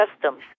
customs